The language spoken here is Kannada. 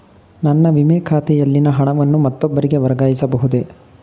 ನನ್ನ ವಿಮೆ ಖಾತೆಯಲ್ಲಿನ ಹಣವನ್ನು ಮತ್ತೊಬ್ಬರಿಗೆ ವರ್ಗಾಯಿಸ ಬಹುದೇ?